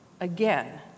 again